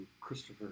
christopher